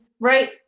Right